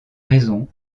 raisons